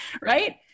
right